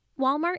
Walmart